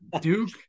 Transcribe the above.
duke